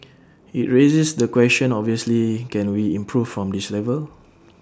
IT raises the question obviously can we improve from this level